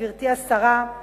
גברתי השרה,